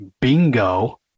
bingo